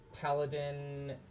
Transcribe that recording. Paladin